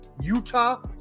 Utah